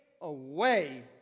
away